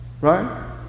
Right